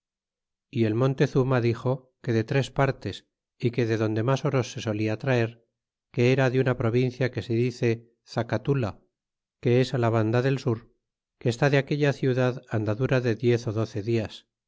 y el montezuma dixo que de tres partes y que de donde mas oro se solia traer que era de una provincia que se dice zacatula que es é la vanda del sur que está de aquella ciudad andadura de diez ó doce dias